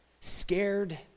scared